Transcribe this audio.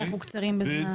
כי אנחנו קצרים בזמן,